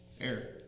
air